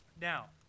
Now